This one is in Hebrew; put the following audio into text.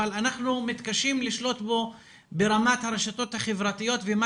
אבל אנחנו מתקשים לשלוט בו ברמת הרשתות החברתיות ומה